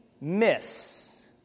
miss